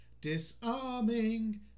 disarming